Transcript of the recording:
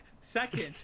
Second